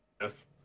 Yes